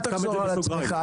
אל תחזור על עצמך,